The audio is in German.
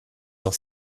doch